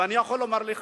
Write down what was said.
ואני יכול לומר לך,